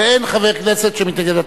ואין חבר כנסת שמתנגד.